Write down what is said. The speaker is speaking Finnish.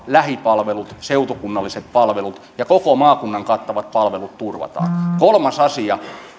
lähipalvelut seutukunnalliset palvelut ja koko maakunnan kattavat palvelut turvataan